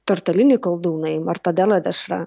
tortelini koldūnai martodelo dešra